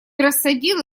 рассадил